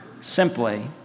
Simply